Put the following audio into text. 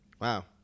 wow